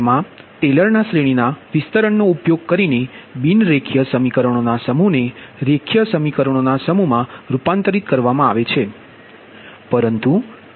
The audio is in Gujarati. જેમા ટેલરના શ્રેણીના વિસ્તરણનો ઉપયોગ કરીને બિન રેખીય સમીકરણોના સમૂહને રેખીય સમીકરણોના સમૂહમા રૂપાતરિત કરવામા આવે છે